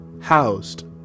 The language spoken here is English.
housed